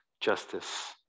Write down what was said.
justice